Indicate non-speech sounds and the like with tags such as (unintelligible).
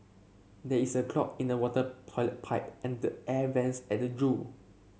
there is a clog in the water pilot pipe and the air vents at the (unintelligible)